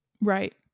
Right